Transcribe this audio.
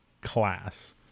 class